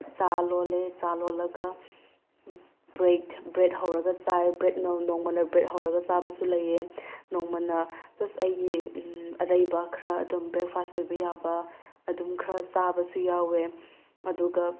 ꯆꯥ ꯂꯣꯜꯂꯦ ꯆꯥ ꯂꯣꯜꯂꯒ ꯕ꯭ꯔꯦꯗ ꯕ꯭ꯔꯦꯗ ꯍꯧꯔꯒ ꯆꯥꯏ ꯕ꯭ꯔꯦꯗ ꯅꯣꯡꯃ ꯕ꯭ꯔꯦꯗ ꯍꯧꯔꯒ ꯆꯥꯕꯁꯨ ꯂꯩꯑꯦ ꯅꯣꯡꯃꯅ ꯖꯁ ꯑꯩꯒꯤ ꯑꯔꯩꯕ ꯈꯔ ꯑꯗꯨꯝ ꯕ꯭ꯔꯦꯛꯐꯥꯁ ꯑꯣꯏꯕ ꯌꯥꯕ ꯑꯗꯨꯝ ꯈ꯭ꯔ ꯆꯥꯕꯁꯨ ꯌꯥꯎꯑꯦ ꯑꯗꯨꯒ